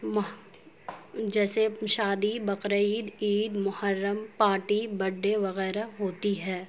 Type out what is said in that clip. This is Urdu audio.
محرم جیسے شادی بقراعید عید محرم پارٹی بڈڈے وغیرہ ہوتی ہے